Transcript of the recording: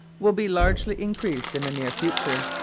will be largely increased in the near future.